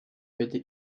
bitte